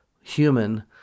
human